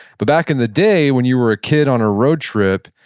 but back in the day, when you were a kid on a road trip,